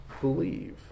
believe